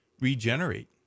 regenerate